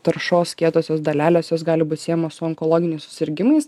taršos kietosios dalelės jos gali būt siejamos su onkologiniais susirgimais